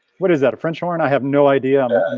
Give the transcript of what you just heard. what is that? a french horn, i have no idea. and